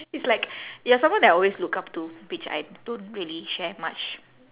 it's like you are someone that I'll always look up to which I don't really share much